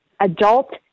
adult